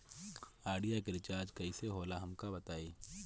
Idea के recharge कईसे होला हमका बताई?